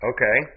Okay